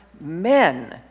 men